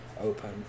open